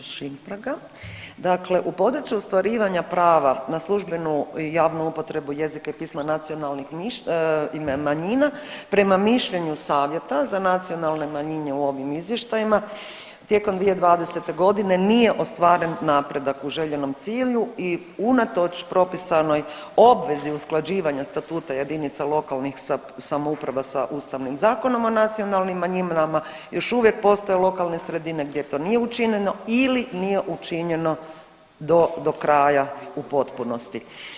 Šimpraga, dakle u području ostvarivanja prava na službenu i javnu upotrebu jezika i pisma nacionalnih manjina prema mišljenju Savjeta za nacionalne manjine u ovim izvještajima tijekom 2020.g. nije ostvaren napredak u željenom cilju i unatoč propisanoj obvezi usklađivanja Statuta JLS sa Ustavnim zakonom o nacionalnim manjinama još uvijek postoje lokalne sredine gdje to nije učinjeno ili nije učinjeno do, do kraja u potpunosti.